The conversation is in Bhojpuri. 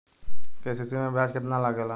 के.सी.सी में ब्याज कितना लागेला?